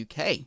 uk